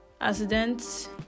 accidents